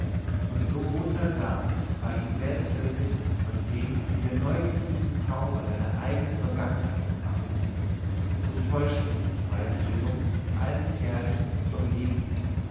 und so wundersam ward ihm selbst der sinn von dem wieder neu gefühlten zauber seiner eigenen vergangenheit umfangen so vollständig war der triumph all des herrlichen durchlebten